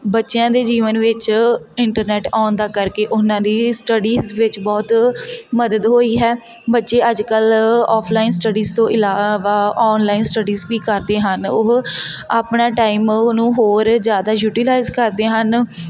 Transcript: ਬੱਚਿਆਂ ਦੇ ਜੀਵਨ ਵਿੱਚ ਇੰਟਰਨੈਟ ਆਉਣ ਦੇ ਕਰਕੇ ਉਹਨਾਂ ਦੀ ਸਟੱਡੀਜ਼ ਵਿੱਚ ਬਹੁਤ ਮਦਦ ਹੋਈ ਹੈ ਬੱਚੇ ਅੱਜ ਕੱਲ੍ਹ ਔਫਲਾਈਨ ਸਟੱਡੀਜ਼ ਤੋਂ ਇਲਾਵਾ ਔਨਲਾਈਨ ਸਟੱਡੀਜ਼ ਵੀ ਕਰਦੇ ਹਨ ਉਹ ਆਪਣਾ ਟਾਈਮ ਉਹਨੂੰ ਹੋਰ ਜ਼ਿਆਦਾ ਯੂਟੀਲਾਈਜ਼ ਕਰਦੇ ਹਨ